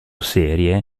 serie